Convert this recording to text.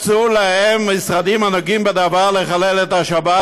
מצאו להם משרדים הנוגעים בדבר לחלל את השבת,